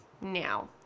now